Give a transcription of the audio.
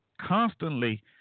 constantly